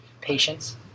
patience